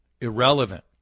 irrelevant